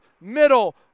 middle